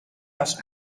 was